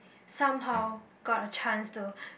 somehow got a chance to